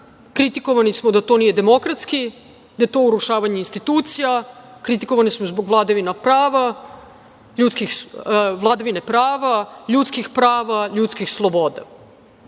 Kritikovani smo da to nije demokratski, da je to urušavanje institucija. Kritikovani smo zbog vladavine prava, ljudskih prava i ljudskih sloboda.U